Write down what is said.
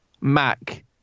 Mac